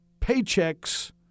paychecks